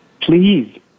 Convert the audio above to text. please